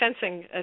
fencing